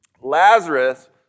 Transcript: Lazarus